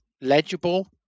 legible